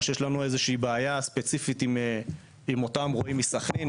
לא שיש לנו איזושהי בעיה ספציפית עם אותם רועים מסכנין,